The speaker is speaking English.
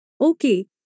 Okay